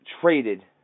traded